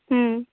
ఆ